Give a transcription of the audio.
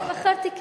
לא, אבל בחרתי כן.